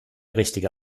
richtige